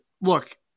look